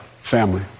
family